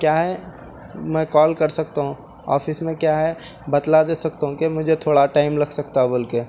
کیا ہے میں کال کر سکتا ہوں آفس میں کیا ہے بتلا دے سکتا ہوں کہ مجھے تھوڑا ٹائم لگ سکتا بول کے